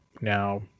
now